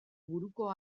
buruko